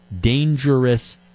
dangerous